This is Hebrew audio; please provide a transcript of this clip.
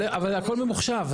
אבל הכול ממוחשב,